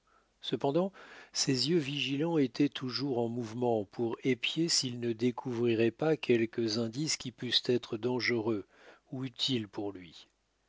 cependant ses yeux vigilants étaient toujours en mouvement pour épier s'ils ne découvriraient pas quelques indices qui pussent être dangereux ou utiles pour lui